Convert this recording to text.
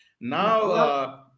Now